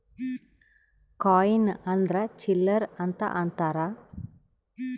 coin ಅಂದ್ರ ಚಿಲ್ಲರ್ ಅಂತ ಅಂತಾರ